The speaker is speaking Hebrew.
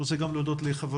אני רוצה גם להודות לחבריי,